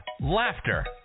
laughter